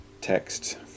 text